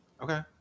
Okay